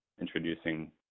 introducing